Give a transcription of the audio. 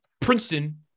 Princeton